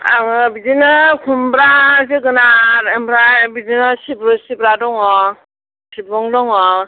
आङो बिदिनो खुमब्रा जोगोनार ओमफ्राय बिदिनो सिब्रु सिब्रा दङ सिबुं दङ